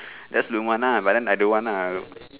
that's lukman ah but then I don't want ah